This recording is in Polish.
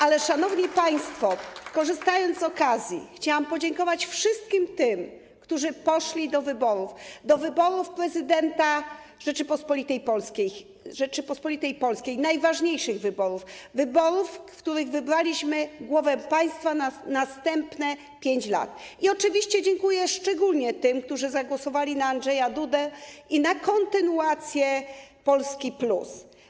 Ale szanowni państwo, korzystając z okazji, chciałam podziękować wszystkim tym, którzy poszli do wyborów, do wyborów prezydenta Rzeczypospolitej Polskiej, najważniejszych wyborów, wyborów, w których wybraliśmy głowę państwa na następne 5 lat, i oczywiście dziękuję szczególnie tym, którzy zagłosowali na Andrzeja Dudę i na kontynuację Polski+.